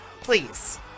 Please